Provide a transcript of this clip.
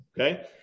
okay